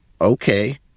okay